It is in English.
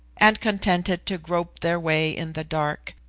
and contented to grope their way in the dark,